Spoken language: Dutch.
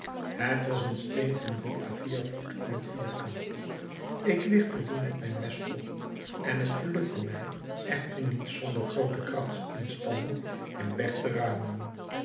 het was een steen van drie à vier voet in het vierkant ik ligtte dien met mijn mes op en het gelukte mij echter niet zonder groote krachtsinspanning hem weg te ruimen